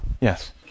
Yes